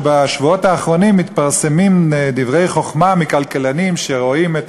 שבשבועות האחרונים מתפרסמים דברי חוכמה מכלכלנים שרואים את